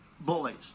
bullies